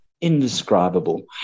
indescribable